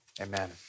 Amen